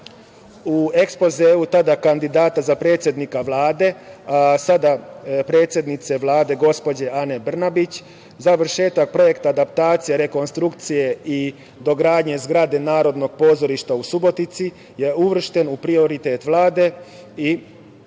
ekspozeu tada kandidata za predsednika Vlade, a sada predsednice Vlade, gospođe Ane Brnabić, završetak projekata adaptacije, rekonstrukcije i dogradnje zgrade Narodnog pozorišta u Subotici je uvršten u prioritet Vlade i